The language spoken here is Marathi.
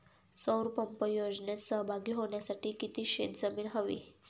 सौर पंप योजनेत सहभागी होण्यासाठी किती शेत जमीन हवी?